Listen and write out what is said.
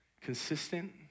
Consistent